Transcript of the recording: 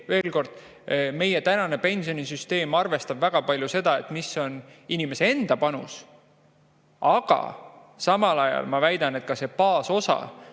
Veel kord: meie praegune pensionisüsteem arvestab väga palju seda, mis on inimese enda panus. Aga samal ajal ma väidan, et see baasosa,